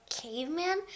caveman